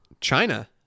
China